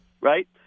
right